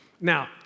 Now